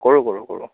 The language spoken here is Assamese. কৰোঁ কৰোঁ কৰোঁ